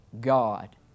God